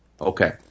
Okay